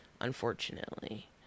unfortunately